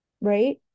right